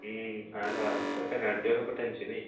ആ ലാസ്റ്റ് ആ പെനാൽറ്റി വന്നപ്പോൾ ടെൻഷനായി